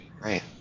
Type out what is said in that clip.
Right